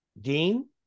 Dean